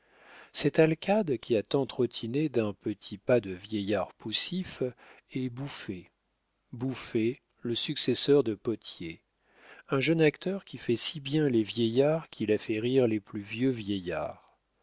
cet alcade qui a tant trottiné d'un petit pas de vieillard poussif est bouffé bouffé le successeur de potier un jeune acteur qui fait si bien les vieillards qu'il a fait rire les plus vieux vieillards